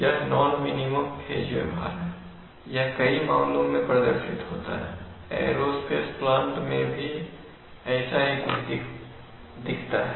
यह non minimum phase व्यवहार है यह कई मामलों में प्रदर्शित होता है एयरोस्पेस प्लांट में भी ऐसा ही कुछ दिखता है